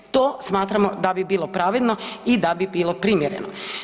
To smatramo da bi bilo pravilno i da bi bilo primjereno.